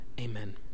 Amen